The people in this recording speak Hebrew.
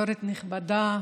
יו"רית נכבדה,